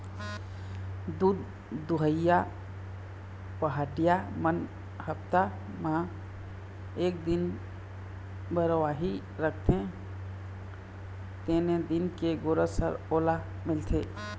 दूद दुहइया पहाटिया मन हप्ता म एक दिन बरवाही राखते तेने दिन के गोरस ह ओला मिलथे